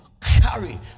carry